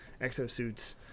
exosuits